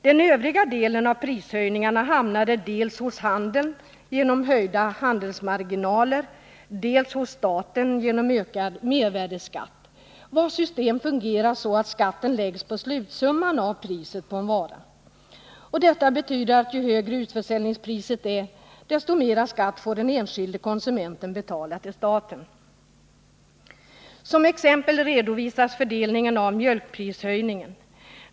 Den övriga delen av prishöjningarna hamnade dels hos handeln genom höjda handelsmarginaler, dels hos staten genom ökad mervärdeskatt, vilken fungerar så att skatten läggs på slutsumman av priset på en vara. Detta betyder att ju högre utförsäljningspriset är, desto mer skatt får den enskilde konsumenten betala till staten. Som exempel redovisas fördelningen av mjölkprishöjningen.